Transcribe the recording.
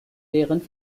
deren